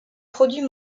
produits